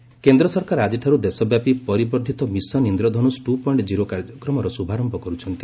mission Indradhanush କେନ୍ଦ୍ର ସରକାର ଆଜିଠାରୁ ଦେଶବ୍ୟାପୀ ପରିବର୍ଦ୍ଧିତ mission Indradhanush two point zero କାର୍ଯ୍ୟକ୍ରମର ଶୁଭାରମ୍ଭ କରୁଛନ୍ତି